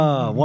One